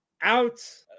out